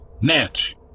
natch